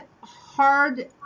hard